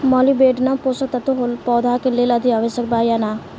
Molybdenum पोषक तत्व पौधा के लेल अतिआवश्यक बा या न?